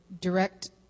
direct